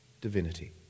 divinity